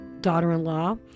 daughter-in-law